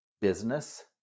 business